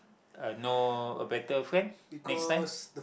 uh know a better friend next time